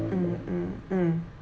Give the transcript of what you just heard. mm mm mm